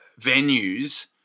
venues